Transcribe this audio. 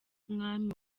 mwami